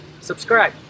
subscribe